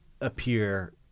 appear